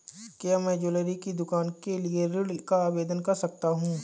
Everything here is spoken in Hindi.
क्या मैं ज्वैलरी की दुकान के लिए ऋण का आवेदन कर सकता हूँ?